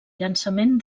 llançament